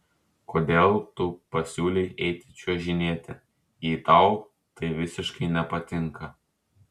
kodėl tu pasiūlei eiti čiuožinėti jei tau tai visiškai nepatinka